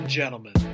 gentlemen